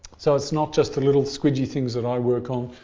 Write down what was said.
so it's not just the little squidgy things that i work on.